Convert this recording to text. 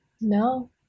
No